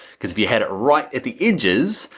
cuz if you had it right at the edges,